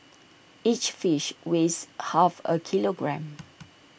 each fish weighs half A kilogram